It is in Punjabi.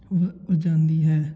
ਵ ਵਜਾਂਦੀ ਹੈ